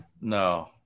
No